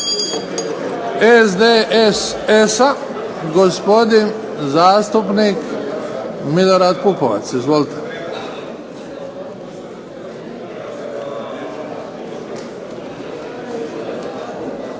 SDSS-a gospodin zastupnik Milorad Pupovac. Izvolite.